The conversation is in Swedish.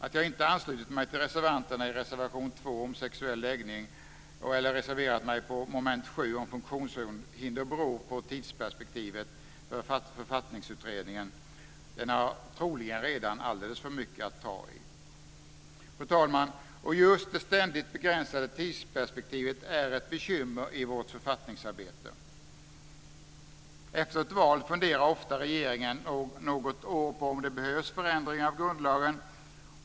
Att jag inte anslutit mig till reservanterna i reservation 2 om sexuell läggning eller reserverat mig när det gäller mom. 7 om funktionshinder beror på tidsperspektivet för Författningsutredningen. Den har troligen redan för mycket att ta i. Fru talman! Just det ständigt begränsade tidsperspektivet är ett bekymmer i vårt författningsarbete. Efter ett val funderar ofta regeringen något år på om det behövs förändringar av grundlagen.